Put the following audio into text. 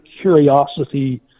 curiosity